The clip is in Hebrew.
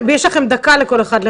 יש לכם דקה לכל אחד,